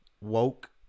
Woke